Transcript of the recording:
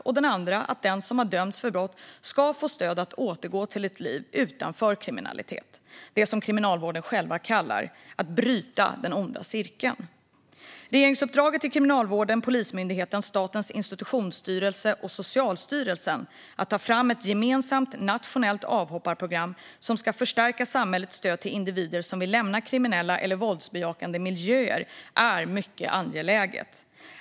Den andra handlar om att den som har dömts för brott ska få stöd i att återgå till ett liv utanför kriminalitet - det som Kriminalvården själv kallar att bryta den onda cirkeln. Regeringsuppdraget till Kriminalvården, Polismyndigheten, Statens institutionsstyrelse och Socialstyrelsen att ta fram ett gemensamt nationellt avhopparprogram som ska förstärka samhällets stöd till individer som vill lämna kriminella eller våldsbejakande miljöer är mycket angeläget.